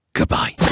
Goodbye